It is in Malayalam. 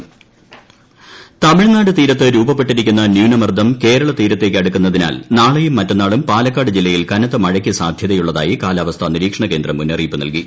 ട്ടടടടടടടടടടടട പാലക്കാട് കനത്ത മഴ തമിഴ്നാട് തീരത്ത് രൂപപ്പെട്ടിരിക്കുന്നു ന്യൂനമർദ്ദം കേരള തീരത്തേക്ക് അടുക്കുന്നതിനാൽ നാള്ളെയും മറ്റന്നാളും പാലക്കാട് ജില്ലയിൽ കനത്ത മഴയ്ക്ക് സ്മാധ്യതയുള്ളതായി കാലാവസ്ഥാ നിരീക്ഷണ കേന്ദ്രം മുന്നറിയിപ്പ് ന്ൽകി